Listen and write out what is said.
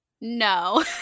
no